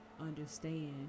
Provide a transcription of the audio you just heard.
understand